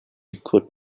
could